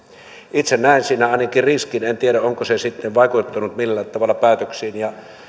itse näen siinä ainakin riskin en tiedä onko se sitten vaikuttanut millään tavalla päätöksiin